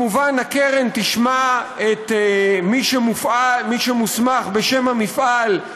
הקרן תשמע כמובן את מי שמוסמך בשם המפעל,